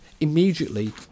immediately